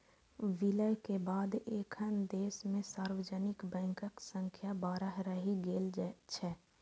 विलय के बाद एखन देश मे सार्वजनिक बैंकक संख्या बारह रहि गेल छै